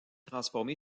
transformé